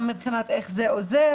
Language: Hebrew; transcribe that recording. גם מבחינת איך זה עוזר.